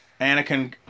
Anakin